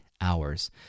hours